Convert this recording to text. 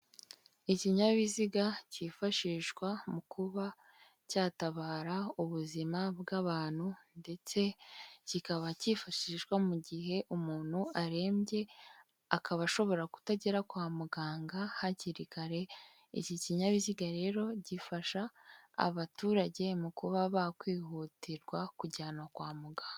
Ikinyabiziga cyifashishwa mu kuba cyatabara ubuzima bw'abantu ndetse kikaba cyifashishwa mu gihe umuntu arembye, akaba ashobora kutagera kwa muganga hakiri kare, iki kinyabiziga rero gifasha abaturage mu kuba bakwihutirwa kujyanwa kwa muganga.